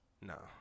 No